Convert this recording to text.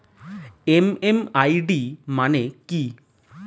MMID মানে কি?